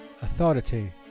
Authority